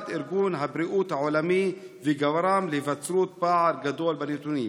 ארגון הבריאות העולמי וגרם להיווצרות פער גדול בנתונים.